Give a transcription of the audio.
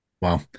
Wow